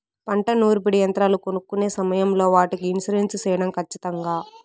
పంట నూర్పిడి యంత్రాలు కొనుక్కొనే సమయం లో వాటికి ఇన్సూరెన్సు సేయడం ఖచ్చితంగా?